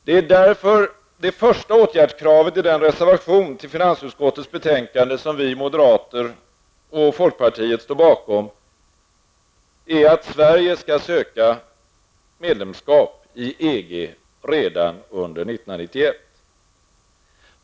Det är därför det första åtgärdskravet i den reservation till finansutskottets betänkande som vi moderater och folkpartiet står bakom är att Sverige skall söka medlemskap i EG redan under 1991.